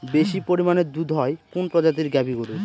বেশি পরিমানে দুধ হয় কোন প্রজাতির গাভি গরুর?